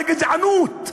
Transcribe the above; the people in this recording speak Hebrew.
על הגזענות,